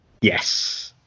Yes